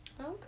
Okay